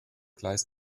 gleis